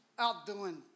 outdoing